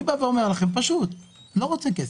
אני אומר לך באופן פשוט: אני לא רוצה כסף,